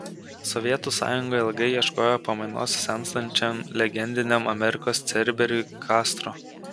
sovietų sąjunga ilgai ieškojo pamainos senstančiam legendiniam amerikos cerberiui kastro